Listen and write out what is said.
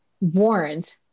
warned